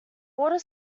water